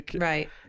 right